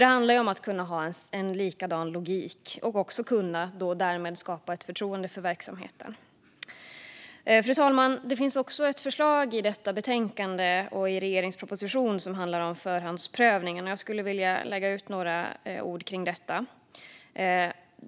Det handlar om att ha en likadan logik och därmed skapa ett förtroende för verksamheten. Fru talman! Det finns också ett förslag i betänkandet, och i regeringens proposition, som handlar om förhandsprövningen. Jag skulle vilja säga några ord om detta.